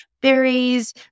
berries